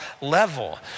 level